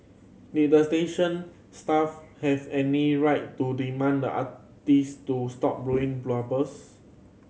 did the station staff have any right to demand the artist to stop blowing bubbles